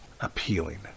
appealing